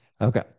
Okay